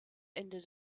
ende